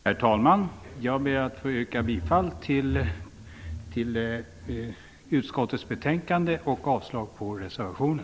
Herr talman! Jag vill yrka bifall till hemställan i utskottets betänkande och avslag på reservationen.